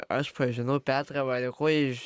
aš pažinau petrą variakojį iš